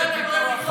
איזה פיקוח יש?